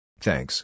Thanks